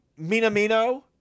Minamino